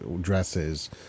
dresses